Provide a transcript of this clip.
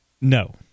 No